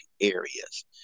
areas